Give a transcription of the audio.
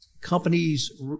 companies